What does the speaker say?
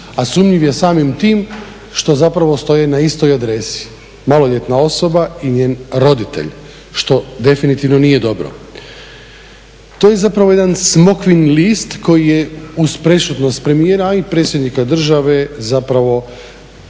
a sumnjiv je samim tim što zapravo stoji na istoj adresi, maloljetna osoba i njen roditelj što definitivno nije dobro. To je zapravo jedan smokvin list koji je … premijera, a i predsjednika države zapravo,